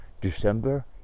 december